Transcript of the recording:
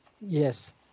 Yes